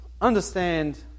understand